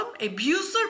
abuser